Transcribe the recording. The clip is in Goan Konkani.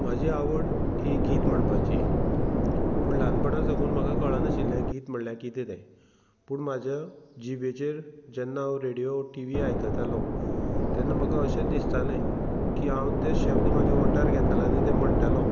म्हाजी आवड ही गीत म्हणपाची पूण ल्हानपणा साकून म्हाका कळनाशिल्लें गीत म्हणल्यार कितें तें पूण म्हाज्या जिबेचेर जेन्ना हांव रेडिओ टि वी आयकतालों तेन्ना म्हाका अशें दिसतालें की हांव तें शब्द म्हाजे ओंठार घेतालें आनी तें म्हणटालो